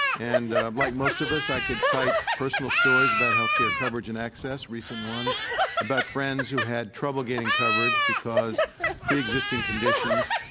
and ah like most of us, i could cite personal stories about health care coverage and access, recent ones about friends who had trouble getting coverage because of preexisting conditions,